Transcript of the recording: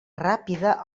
ràpida